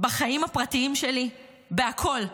בחיים הפרטיים שלי, בכול.